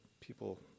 people